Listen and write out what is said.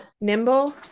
nimble